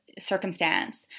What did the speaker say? circumstance